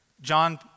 John